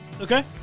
Okay